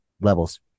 levels